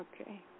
okay